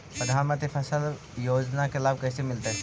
प्रधानमंत्री फसल योजना के लाभ कैसे मिलतै?